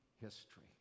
history